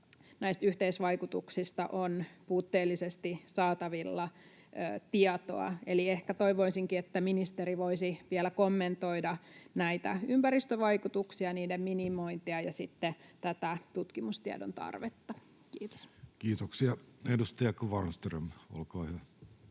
näistä yhteisvaikutuksista on puutteellisesti saatavilla tietoa. Eli ehkä toivoisinkin, että ministeri voisi vielä kommentoida näitä ympäristövaikutuksia, niiden minimointia ja sitten tätä tutkimustiedon tarvetta. — Kiitos. [Speech 112] Speaker: